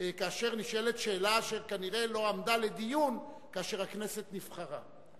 כאשר נשאלת שאלה שכנראה לא עמדה לדיון כאשר הכנסת נבחרה.